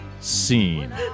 scene